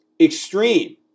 extreme